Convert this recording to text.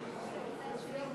לשבת.